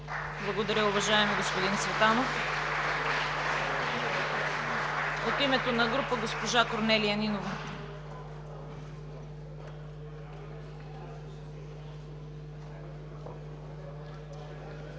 Благодаря, уважаеми господин Цветанов. От името на група – госпожа Корнелия Нинова. КОРНЕЛИЯ